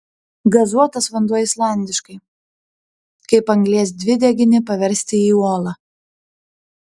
gazuotas vanduo islandiškai kaip anglies dvideginį paversti į uolą